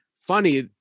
funny